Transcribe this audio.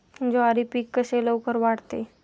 ज्वारी पीक कसे लवकर वाढते?